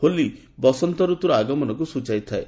ହୋଲି ବସନ୍ତ ଋତ୍ରର ଆଗମନକୁ ସ୍ବଚାଇଥାଏ